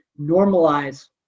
normalize